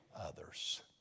others